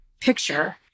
picture